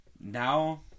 Now